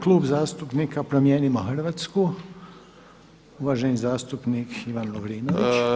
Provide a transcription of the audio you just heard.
Klub zastupnika Promijenimo Hrvatsku, uvaženi zastupnik Ivan Lovrinović.